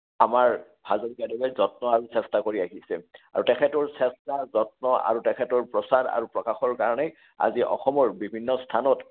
আমাৰ হাজৰিকাদেৱে যত্ন আৰু চেষ্টা কৰি আহিছে আৰু তেখেতৰ চেষ্টা যত্ন আৰু তেখেতৰ প্ৰচাৰ আৰু প্ৰকাশৰ কাৰণেই আজি অসমৰ বিভিন্ন স্থানত